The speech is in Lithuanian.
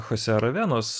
chose ravenos